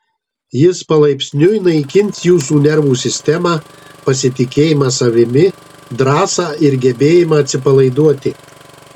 jis palaipsniui naikins jūsų nervų sistemą pasitikėjimą savimi drąsą ir gebėjimą atsipalaiduoti